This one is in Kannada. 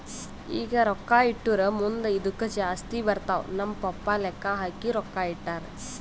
ಈಗ ರೊಕ್ಕಾ ಇಟ್ಟುರ್ ಮುಂದ್ ಇದ್ದುಕ್ ಜಾಸ್ತಿ ಬರ್ತಾವ್ ನಮ್ ಪಪ್ಪಾ ಲೆಕ್ಕಾ ಹಾಕಿ ರೊಕ್ಕಾ ಇಟ್ಟಾರ್